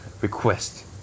Request